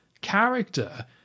character